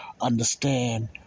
understand